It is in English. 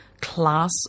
class